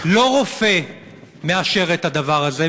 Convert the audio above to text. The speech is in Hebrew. לא רופא מאשר את הדבר הזה,